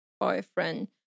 boyfriend